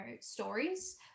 stories